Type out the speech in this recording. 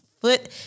foot